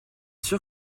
sûr